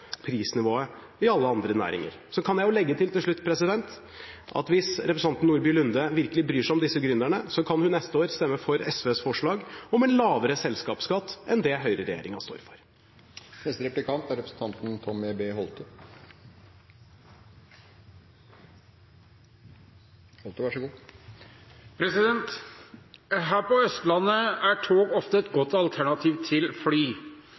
prisnivået i alle andre næringer. Så kan jeg til slutt legge til at hvis representanten Nordby Lunde virkelig bryr seg om disse gründerne, kan hun neste år stemme for SVs forslag om en lavere selskapsskatt enn det høyreregjeringen står for. Her på Østlandet er tog ofte et godt alternativ til fly, men slik er det eksempelvis ikke i Nord-Norge og på